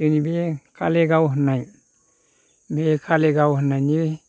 जोंनि बे कालिगाव होननाय बे कालिगाव होननायनि